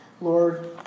Lord